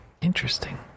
Interesting